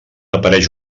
apareix